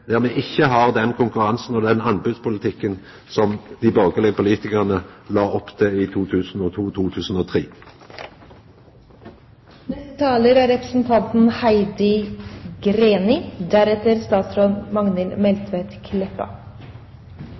der me ikkje har den konkurransen og den anbodspolitikken som dei borgarlege politikarane la opp til i